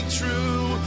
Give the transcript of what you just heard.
true